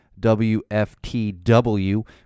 WFTW